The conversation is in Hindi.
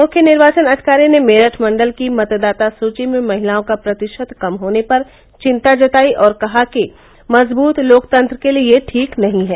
मुख्य निर्वाचन अधिकारी ने मेरठ मण्डल की मतदाता सूची में महिलाओं का प्रतिशत कम होने पर चिन्ता जताई और कहा कि मजबूत लोकतंत्र के लिये यह ठीक नही है